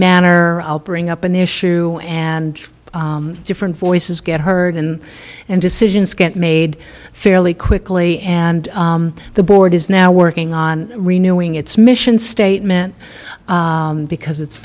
manner i'll bring up an issue and different voices get heard in and decisions get made fairly quickly and the board is now working on renewing its mission statement because it's